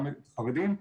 גם חרדים.